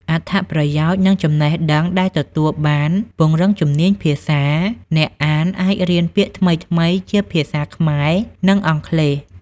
អត្ថប្រយោជន៍ និងចំណេះដឹងដែលទទួលបានពង្រឹងជំនាញភាសា អ្នកអានអាចរៀនពាក្យថ្មីៗជាភាសាខ្មែរ និងអង់គ្លេស។